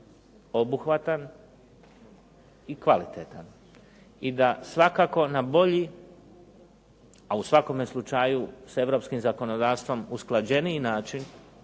obuhvatan i kvalitetan i da svakako na bolji, a u svakome slučaju s europskim zakonodavstvom usklađeniji način